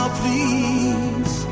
please